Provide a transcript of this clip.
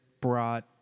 brought